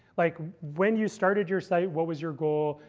like when you started your site, what was your goal?